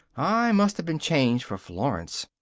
i must have been changed for florence!